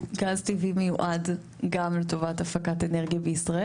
גז טבעי מיועד גם לטובת הפקת אנרגיה בישראל.